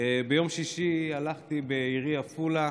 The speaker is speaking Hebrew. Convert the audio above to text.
ביום שישי הלכתי בעירי עפולה,